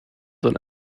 than